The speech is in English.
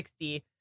60